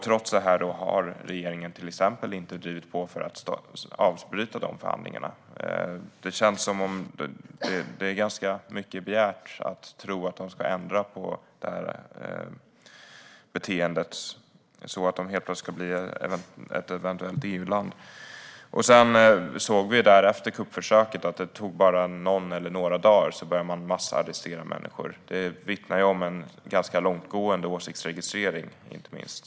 Trots det har regeringen inte drivit på för att till exempel avbryta förhandlingarna. Det är ganska mycket begärt att tro att Turkiet ska ändra sitt beteende och helt plötsligt bli ett EU-land. Efter kuppförsöket tog det bara någon eller några dagar tills man började massarrestera människor. Det vittnar inte minst om en ganska långtgående åsiktsregistrering.